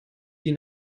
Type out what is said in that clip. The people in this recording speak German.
die